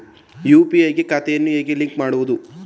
UPI ಗೆ ಖಾತೆಯನ್ನು ಹೇಗೆ ಲಿಂಕ್ ಮಾಡುವುದು?